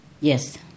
Yes